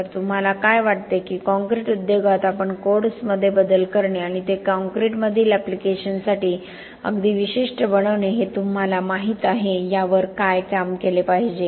तर तुम्हाला काय वाटते की कॉंक्रिट उद्योगात आपण कोड्समध्ये बदल करणे आणि ते कॉंक्रिटमधील ऍप्लिकेशन्ससाठी अगदी विशिष्ट बनवणे हे तुम्हाला माहीत आहे यावर काय काम केले पाहिजे